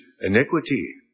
iniquity